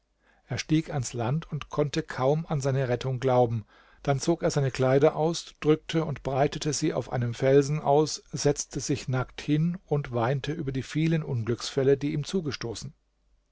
er stieg ans land und konnte kaum an seine rettung glauben dann zog er seine kleider aus drückte und breitete sie auf einem felsen aus setzte sich nackt hin und weinte über die vielen unglücksfälle die ihm zugestoßen